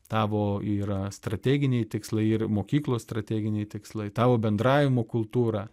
tavo yra strateginiai tikslai ir mokyklos strateginiai tikslai tavo bendravimo kultūra